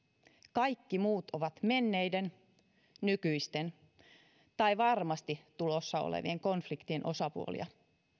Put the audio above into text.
kaikki muut ovat menneiden nykyisten tai varmasti tulossa olevien konfliktien osapuolia